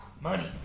Money